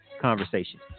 conversation